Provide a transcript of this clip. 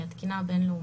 היא התקינה הבין-לאומית.